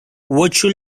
virtual